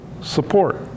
support